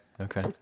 Okay